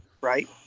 right